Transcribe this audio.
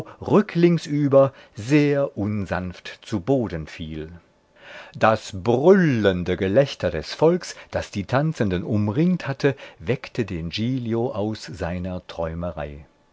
rücklings über sehr unsanft zu boden fiel das brüllende gelächter des volks das die tanzenden umringt hatte weckte den giglio aus seiner träumerei